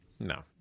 No